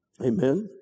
Amen